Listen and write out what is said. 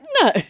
No